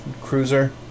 Cruiser